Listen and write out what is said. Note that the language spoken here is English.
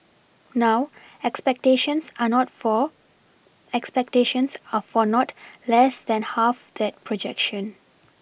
now expectations are not for expectations are for not less than half that projection